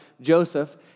Joseph